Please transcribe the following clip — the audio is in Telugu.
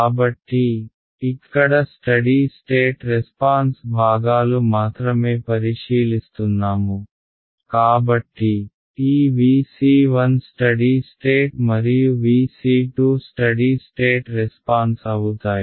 కాబట్టి ఇక్కడ స్టడీ స్టేట్ రెస్పాన్స్ భాగాలు మాత్రమే పరిశీలిస్తున్నాము కాబట్టి ఈ Vc1 స్టడీ స్టేట్ మరియు Vc2 స్టడీ స్టేట్ రెస్పాన్స్ అవుతాయి